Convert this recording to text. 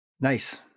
Nice